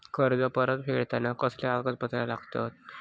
कर्ज परत फेडताना कसले कागदपत्र लागतत?